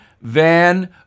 Van